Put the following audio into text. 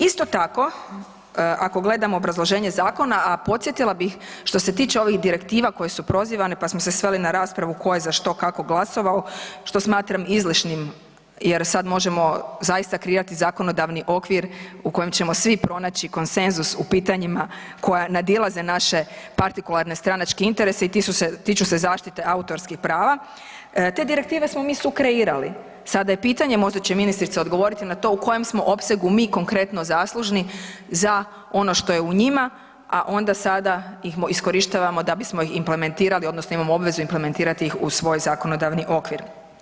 Isto tako, ako gledamo obrazloženje zakona a podsjetila bih što se tiče ovih direktiva koje su prozivane pa smo se sveli na raspravu ko je za što kako glasovao, što smatram izlišnim jer sad možemo zaista kreirati zakonodavni okvir u kojem ćemo svi pronaći konsenzus u pitanjima koja nadilaze naše partikularne stranačke interese i tiču se zaštite autorskih prava, te direktive smo mi sukreirali, sada je pitanje možda će ministrica odgovoriti na to u kojem smo opsegu mi konkretno zaslužni za ono što je u njima a onda sada ih iskorištavamo da bismo ih implementirali odnosno imamo obvezu implementirati u svoj zakonodavni okvir.